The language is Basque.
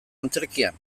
antzerkian